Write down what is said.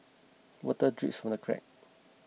water drips from the cracks